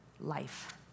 life